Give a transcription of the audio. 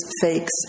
Fakes